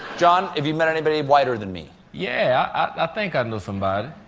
john, have you met anybody whiter than me? yeah, i think i know somebody.